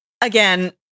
again